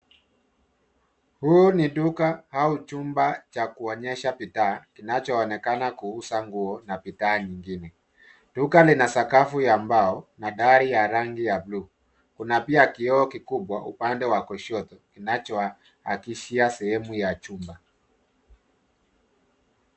Huu ni duka au chumba cha kuonyesha bidhaa, kinachoonekana kuuza nguo na bidhaa nyingine. Duka lina sakafu ya mbao, na dari ya rangi ya blue . Kuna pia kioo kikubwa, upande wa kushoto, kinachoakishia sehemu ya chumba.